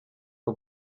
que